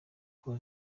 kuba